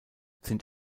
sind